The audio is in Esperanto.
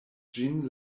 ĝin